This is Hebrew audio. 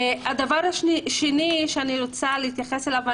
הנושא השני שאני רוצה להתייחס אליו,